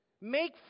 make